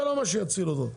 זה לא מה שיציל אותו.